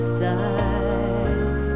side